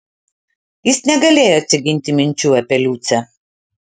jis negalėjo atsiginti minčių apie liucę